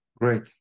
Great